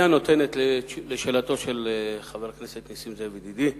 היא הנותנת, לשאלתו של חבר הכנסת נסים זאב ידידי: